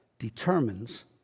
determines